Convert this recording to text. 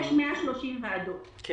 יש 130 ועדות מקומיות,